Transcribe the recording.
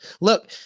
Look